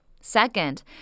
Second